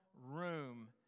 room